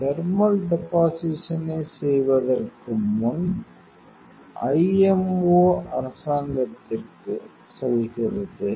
thermal டெபாசிஷனை செய்வதற்கு முன் ஐஎம்ஓ அரசாங்கத்திற்கு செல்கிறது